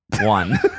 One